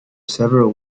several